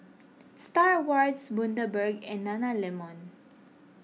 Star Awards Bundaberg and Nana Lemon